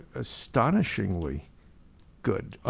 astonishingly good,